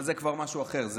אבל זה כבר משהו אחר.